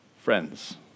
friends